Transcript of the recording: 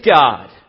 God